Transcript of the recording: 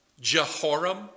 Jehoram